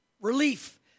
relief